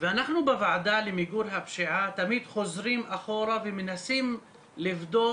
ואנחנו בוועדה למיגור הפשיעה תמיד חוזרים אחורה ומנסים לבדוק